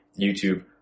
YouTube